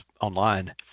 online